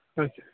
ਅੱਛਾ